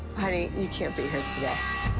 honey, you can't be here today.